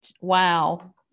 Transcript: wow